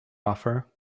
offer